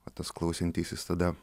o tas klausiantysis tada